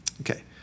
Okay